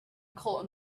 cult